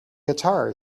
guitar